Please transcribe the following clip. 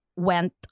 Went